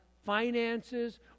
finances